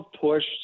pushed